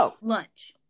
lunch